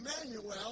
Emmanuel